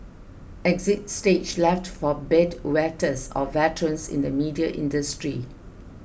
exit stage left for bed wetters or veterans in the media industry